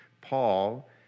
Paul